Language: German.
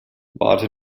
warte